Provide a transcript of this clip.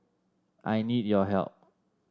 I need your help